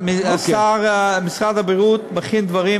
והשר, משרד הבריאות מכין דברים